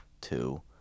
two